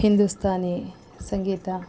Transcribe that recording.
Hindustani Sangeetha